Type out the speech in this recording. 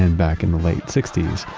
and back in the late sixties,